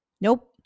nope